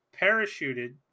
parachuted